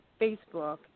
Facebook